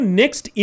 next